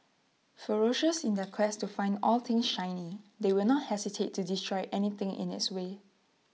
ferocious in their quest to find all things shiny they will not hesitate to destroy anything in its way